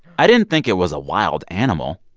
i didn't think it was a wild animal.